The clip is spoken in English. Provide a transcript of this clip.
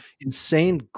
insane